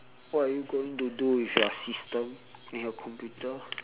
what are you going to do with your system and your computer